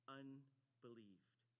unbelieved